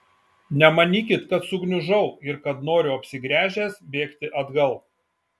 nemanykit kad sugniužau ir kad noriu apsigręžęs bėgti atgal